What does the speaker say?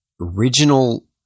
original